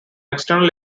external